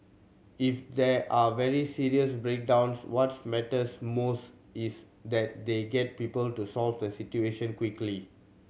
if there are very serious breakdowns what matters most is that they get people to solve the situation quickly